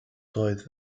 doedd